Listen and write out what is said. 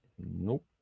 nope